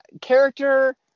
character